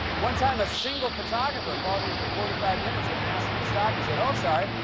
one time, a single photographer followed me for forty five minutes. when i asked him to stop, he said, oh, sorry,